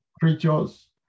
creatures